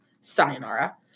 Sayonara